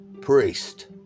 priest